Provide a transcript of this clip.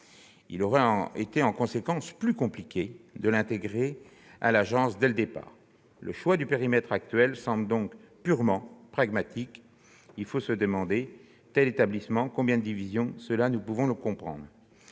Il aurait en conséquence été plus compliqué d'intégrer ce dernier à l'agence dès le départ. Le choix du périmètre actuel semble donc purement pragmatique. Il faut se demander : tel établissement, combien de divisions ? Cela, nous pouvons le comprendre.